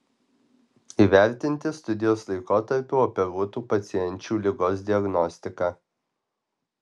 įvertinti studijos laikotarpiu operuotų pacienčių ligos diagnostiką